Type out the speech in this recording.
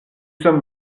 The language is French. sommes